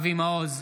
אבי מעוז,